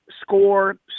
Score